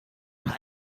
nach